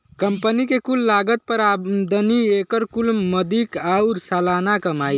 company के कुल लागत पर आमदनी, एकर कुल मदिक आउर सालाना कमाई